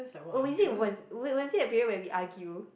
oh is it was was was it a period when we argue